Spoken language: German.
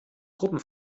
gruppen